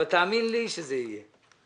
אבל תאמין לי שזה יהיה.